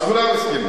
אז כולם הסכימו.